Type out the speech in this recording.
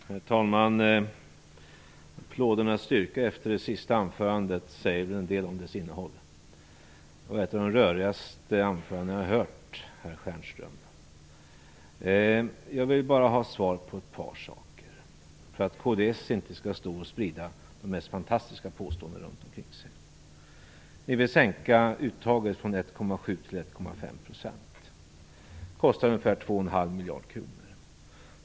Herr talman! Applådernas styrka efter det senaste anförandet säger en del om dess innehåll. Det var ett av de rörigaste anföranden jag hört, herr Stjernström. Jag vill ha svar på ett par frågor för att kds inte skall sprida sina mest fantastiska påståenden. Ni vill sänka uttaget från 1,7 % till 1,5 %. Det kostar ungefär 2,5 miljarder kronor.